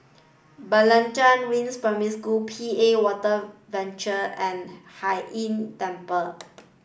Blangah Rise Primary School P A Water Venture and Hai Inn Temple